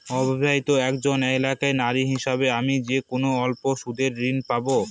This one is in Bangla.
অবিবাহিতা একজন একাকী নারী হিসেবে আমি কি কোনো স্বল্প সুদের ঋণ পাব?